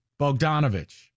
Bogdanovich